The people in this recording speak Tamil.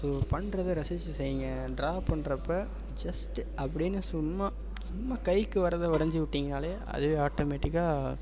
ஸோ பண்ணுறத ரசித்து செய்யுங்க ட்ரா பண்ணுறப்ப ஜஸ்ட்டு அப்படின்னு சும்மா சும்மா கைக்கு வர்றதை வரைஞ்சு விட்டீங்கன்னாலே அதுவே ஆட்டோமேட்டிக்காக